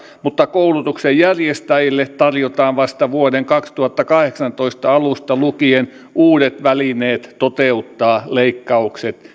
mutta koulutuksen järjestäjille tarjotaan vasta vuoden kaksituhattakahdeksantoista alusta lukien uudet välineet toteuttaa leikkaukset